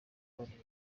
bariya